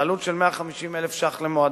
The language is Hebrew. בעלות של 150,000 ש"ח למועדון,